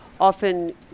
often